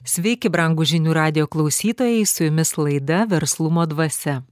sveiki brangūs žinių radijo klausytojai su jumis laida verslumo dvasia